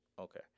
Okay